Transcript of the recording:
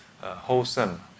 wholesome